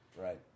Right